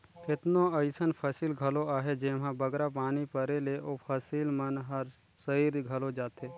केतनो अइसन फसिल घलो अहें जेम्हां बगरा पानी परे ले ओ फसिल मन हर सइर घलो जाथे